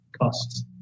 costs